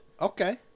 Okay